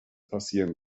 passieren